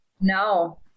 No